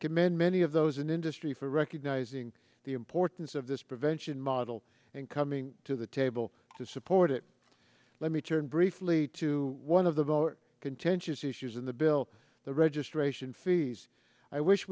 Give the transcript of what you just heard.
commend many of those in industry for recognizing the importance of this prevention model and coming to the table to support it let me turn briefly to one of the vote contentious issues in the bill the registration fees i wish